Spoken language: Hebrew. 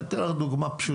אני אתן לך דוגמה פשוטה.